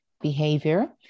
behavior